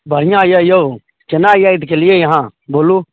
बढ़िऑंयै यौ कोना याद केलियै अहाँ बोलू